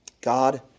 God